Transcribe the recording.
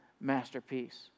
masterpiece